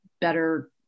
better